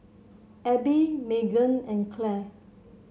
Abby Meagan and Clell